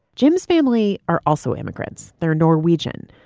jim's family are also immigrants. they're norwegian.